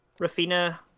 Rafina